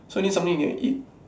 it's only something you can eat